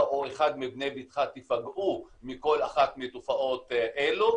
או אחד מבני ביתך תיפגעו מכל אחת מתופעות אלה,